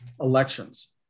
elections